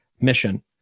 mission